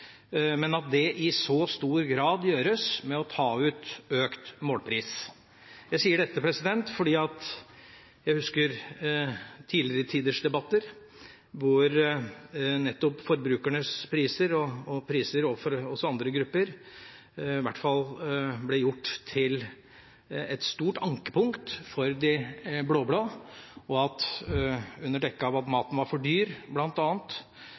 men at det i stor grad gjøres ved å ta ut økt målpris. Jeg sier dette fordi jeg husker tidligere tiders debatter, hvor nettopp forbrukernes priser og priser overfor oss andre grupper i hvert fall ble gjort til et stort ankepunkt for de blå-blå, under dekke av at maten var for dyr,